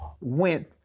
went